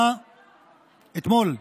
אתמול,